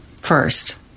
first